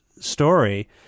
story